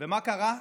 ומה קרה?